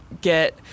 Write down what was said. get